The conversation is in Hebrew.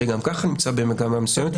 שגם ככה נמצא במגמה מסוימת,